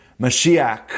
mashiach